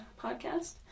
podcast